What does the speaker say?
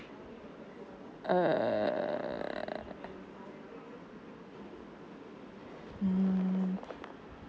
err mm